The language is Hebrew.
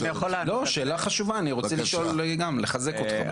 שאלה חשובה, אני רוצה לשאול גם, לחזק אותך.